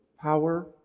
power